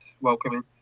welcoming